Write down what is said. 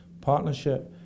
partnership